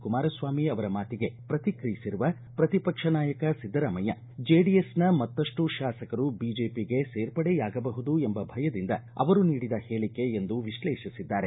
ಕುಮಾರಸ್ವಾಮಿ ಅವರ ಮಾತಿಗೆ ಪ್ರತಿಕ್ರಿಯಿಸಿರುವ ಪ್ರತಿಪಕ್ಷ ನಾಯಕ ಸಿದ್ದರಾಮಯ್ಯ ಜೆಡಿಎಸ್ನ ಮತ್ತಷ್ಟು ಶಾಸಕರು ಬಿಜೆಪಿಗೆ ಸೇರ್ಪಡೆಯಾಗಬಹುದು ಎಂಬ ಭಯದಿಂದ ಅವರು ನೀಡಿದ ಹೇಳಕೆ ಎಂದು ವಿಶ್ಲೇಷಿಸಿದ್ದಾರೆ